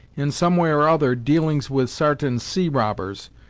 in some way or other, dealings with sartain sea robbers,